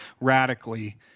radically